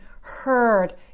heard